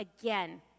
again